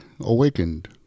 awakened